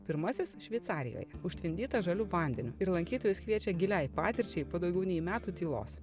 pirmasis šveicarijoje užtvindytas žaliu vandeniu ir lankytojus kviečia giliai patirčiai po daugiau nei metų tylos